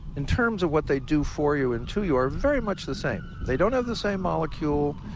in terms of what they do for you and to you are very much the same. they don't have the same molecule.